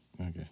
Okay